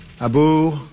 Abu